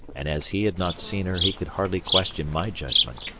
and as he had not seen her he could hardly question my judgment.